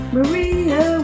Maria